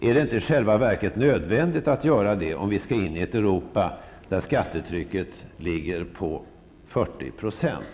Är det inte i själva verket nödvändigt att genomföra detta om vi skall in i ett Europa där skattetrycket ligger på 40 %?